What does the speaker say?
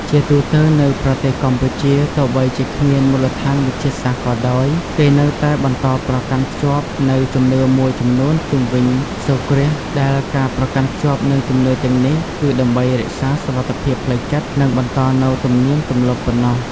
ជាទូទៅនៅប្រទេសកម្ពុជា ទោះបីជាគ្មានមូលដ្ឋានវិទ្យាសាស្ត្រក៏ដោយ គេនៅតែបន្តប្រកាន់ខ្ជាប់នូវជំនឿមួយចំនួនជុំវិញសូរ្យគ្រាស ដែលការប្រកាន់ខ្ជាប់នូវជំនឿទាំងនេះ គឺដើម្បីរក្សាសុវត្ថិភាពផ្លូវចិត្ត និងបន្ដនូវទំនៀមទម្លាប់ប៉ុណ្ណោះ ។